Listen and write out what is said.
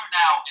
now